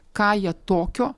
ką jie tokio